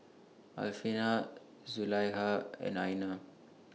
Alfian Zulaikha and Aina